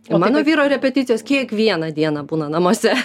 o mano vyro repeticijos kiekvieną dieną būna namuose